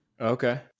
Okay